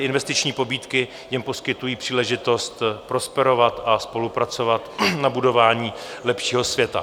Investiční pobídky jim poskytují příležitost prosperovat a spolupracovat na budování lepšího světa.